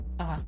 Okay